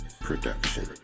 production